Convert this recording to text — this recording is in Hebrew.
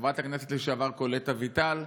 חברת הכנסת לשעבר קולט אביטל.